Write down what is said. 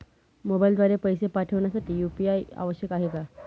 मोबाईलद्वारे पैसे पाठवण्यासाठी यू.पी.आय आवश्यक आहे का?